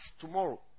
tomorrow